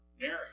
Mary